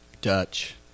Dutch